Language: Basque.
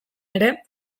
ere